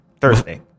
Thursday